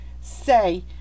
say